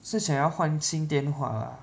是想要想要换新电话 lah